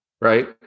Right